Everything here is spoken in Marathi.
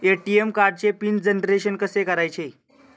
ए.टी.एम कार्डचे पिन जनरेशन कसे करायचे?